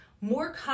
more